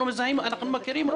אנחנו מכירים אותם.